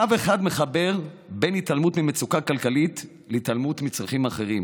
קו אחד מחבר בין התעלמות ממצוקה כלכלית להתעלמות מצרכים אחרים.